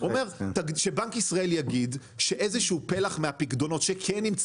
הוא אומר שבנק ישראל יגיד שאיזה שהוא פלח מהפיקדונות שכן נמצא